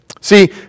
See